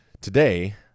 Today